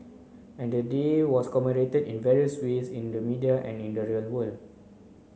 and the day was commemorated in various ways in the media and in the real world